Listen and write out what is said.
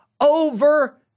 over